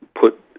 put